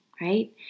right